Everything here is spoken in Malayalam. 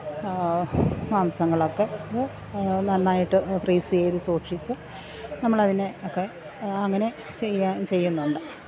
മാംസങ്ങളൊക്കെ അത് നന്നായിട്ട് ഫ്രീസ് ചെയ്ത് സൂക്ഷിച്ച് നമ്മളതിനെ ഒക്കെ അങ്ങനെ ചെയ്യാന് ചെയ്യുന്നുണ്ട്